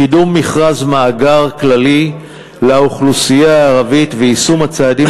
קידום מכרז מאגר כללי לאוכלוסייה הערבית ויישום הצעדים